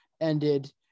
ended